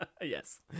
Yes